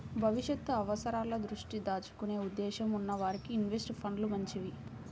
భవిష్యత్తు అవసరాల దృష్ట్యా దాచుకునే ఉద్దేశ్యం ఉన్న వారికి ఇన్వెస్ట్ ఫండ్లు మంచివి